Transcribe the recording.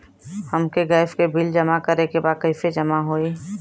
हमके गैस के बिल जमा करे के बा कैसे जमा होई?